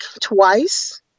twice